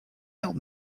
help